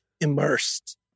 immersed